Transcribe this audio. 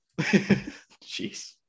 Jeez